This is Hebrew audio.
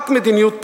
רק מדיניות פנים,